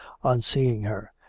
on seeing her,